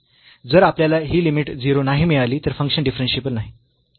जर आपल्याला ही लिमिट 0 नाही मिळाली तर फंक्शन डिफरन्शियेबल नाही